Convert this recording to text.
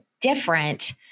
different